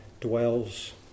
dwells